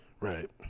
Right